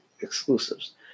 exclusives